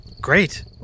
Great